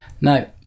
No